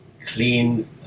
clean